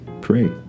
pray